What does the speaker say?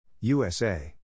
USA